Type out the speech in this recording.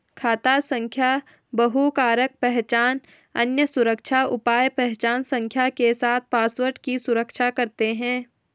खाता संख्या बहुकारक पहचान, अन्य सुरक्षा उपाय पहचान संख्या के साथ पासवर्ड की सुरक्षा करते हैं